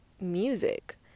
music